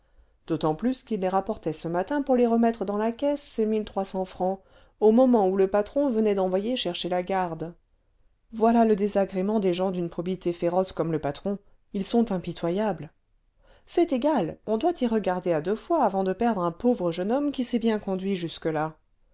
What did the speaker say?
d'autant plus qu'il les rapportait ce matin pour les remettre dans la caisse ces mille trois cents francs au moment où le patron venait d'envoyer chercher la garde voilà le désagrément des gens d'une probité féroce comme le patron ils sont impitoyables c'est égal on doit y regarder à deux fois avant de perdre un pauvre jeune homme qui s'est bien conduit jusque-là